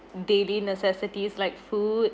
daily necessities like food